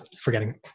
forgetting